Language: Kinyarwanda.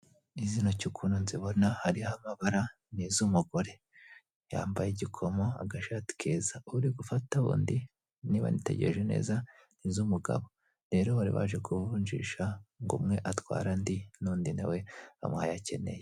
Izi ntoki ukunu nzibona hariho amabara ni iz'umugore yambaye igikomo agashati keza, uri gufata wundi niba nitegereje neza ni iz'umugabo rero bari baje kuvunjisha ngo umwe atware andi n'undi nawe bamuhe ayo akeneye.